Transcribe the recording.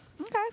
Okay